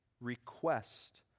Request